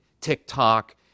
TikTok